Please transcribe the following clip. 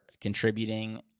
contributing